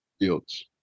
Fields